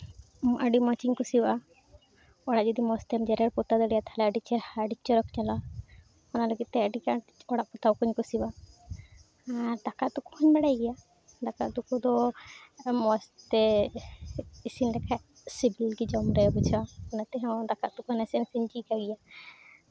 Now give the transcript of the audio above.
ᱟᱹᱰᱤ ᱢᱚᱡᱽ ᱤᱧ ᱠᱩᱥᱤᱭᱟᱜᱼᱟ ᱚᱲᱟᱜ ᱢᱚᱡᱽ ᱛᱮ ᱡᱮᱨᱮᱲ ᱯᱚᱛᱟᱣ ᱫᱟᱲᱮᱭᱟᱜᱼᱟ ᱛᱟᱦᱞᱮ ᱟᱹᱰᱤ ᱪᱮᱦᱨᱟ ᱟᱹᱰᱤ ᱪᱚᱨᱚᱠ ᱧᱮᱞᱚᱜᱼᱟ ᱚᱱᱟ ᱞᱟᱹᱜᱤᱫ ᱛᱮ ᱟᱹᱰᱤᱜᱟᱱ ᱚᱲᱟᱜ ᱯᱚᱛᱟᱣ ᱠᱚᱧ ᱠᱩᱥᱤᱭᱟᱜᱼᱟ ᱟᱨ ᱫᱟᱠᱟ ᱩᱛᱩ ᱠᱚᱦᱚᱸᱧ ᱵᱟᱲᱟᱭ ᱜᱮᱭᱟ ᱫᱟᱠᱟ ᱩᱛᱩ ᱠᱚᱫᱚ ᱢᱚᱡᱽᱛᱮ ᱤᱥᱤᱱ ᱞᱮᱠᱷᱟᱡ ᱥᱤᱵᱤᱞ ᱜᱮ ᱡᱚᱢ ᱨᱮ ᱵᱩᱡᱷᱟᱹᱜᱼᱟ ᱚᱱᱟ ᱛᱮᱦᱚᱸ ᱫᱟᱠᱟ ᱩᱛᱩ ᱠᱚ ᱱᱟᱥᱮ ᱱᱟᱥᱮᱧ ᱪᱮᱫ ᱠᱟᱜ ᱜᱮᱭᱟ